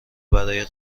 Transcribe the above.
برای